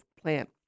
plant